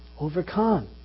Overcome